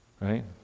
Right